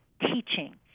teaching